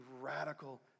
radical